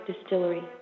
Distillery